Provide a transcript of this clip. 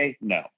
no